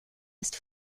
ist